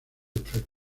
enfermo